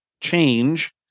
change